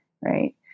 Right